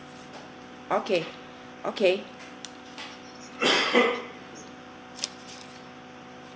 okay okay